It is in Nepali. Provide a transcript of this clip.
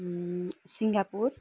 सिङ्गापुर